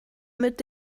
mit